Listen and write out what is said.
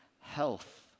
health